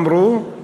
אמרו,